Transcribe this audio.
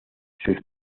sus